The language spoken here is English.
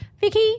Vicky